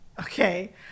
okay